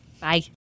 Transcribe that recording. bye